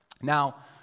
now